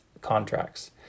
contracts